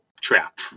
trap